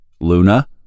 luna